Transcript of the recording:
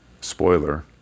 spoiler